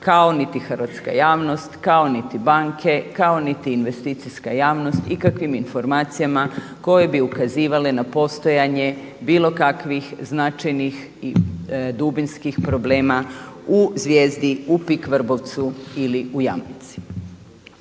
kao niti hrvatska javnost, kao niti banke, kao niti investicijska javnost ikakvim informacijama koje bi ukazivale na postojanje bilo kakvih značajnih i dubinskih problema u Zvijezdi, u PIK Vrbovcu ili u Jamnici.